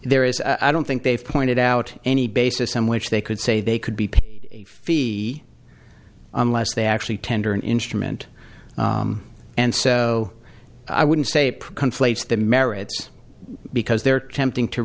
there is i don't think they've pointed out any basis on which they could say they could be paid a fee unless they actually tender an instrument and so i wouldn't say conflates the merits because they're tempting to